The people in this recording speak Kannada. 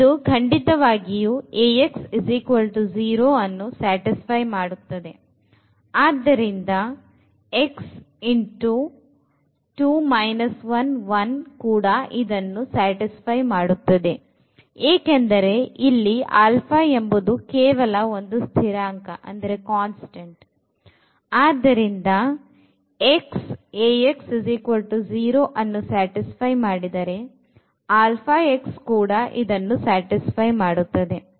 ಇದು ಖಂಡಿತವಾಗಿ Ax0 ಅನ್ನು satisfy ಮಾಡುತ್ತದೆ ಆದ್ದರಿಂದ x 2 1 1 ಕೂಡ ಇದನ್ನು satisfy ಮಾಡುತ್ತದೆ ಏಕೆಂದರೆ ಇಲ್ಲಿ α ಎಂಬುದು ಕೇವಲ ಒಂದು ಸ್ಥಿರಾಂಕ ಆದ್ದರಿಂದ x Ax0 ಅನ್ನು satisfy ಮಾಡಿದರೆ αx ಕೂಡ ಇದನ್ನು satisfy ಮಾಡುತ್ತದೆ